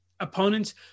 Opponents